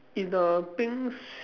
is the pink s~